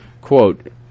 Quote